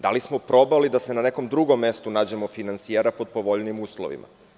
Da li smo probali da na nekom drugom mestu nađemo finansijera pod povoljnijim uslovima?